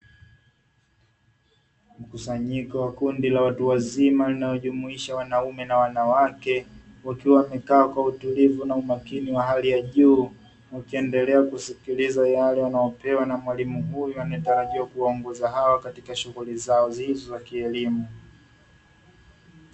Mkusanyiko wa kundi la watu wazima linalojumuisha wanaume na wanawake wakiwa wamekaa kwa utulivu na umakini wa hali ya juu, wakiendelea kusikiliza yale wanayopewa na mwalimu huyu anaetarajia kuwaongoza hawa katika shughuli zao hizo za kielimu.